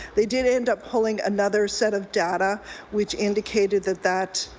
they did end up pulling another set of data which indicated that that,